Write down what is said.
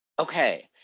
okay.